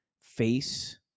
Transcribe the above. face